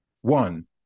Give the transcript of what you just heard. One